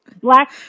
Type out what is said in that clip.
black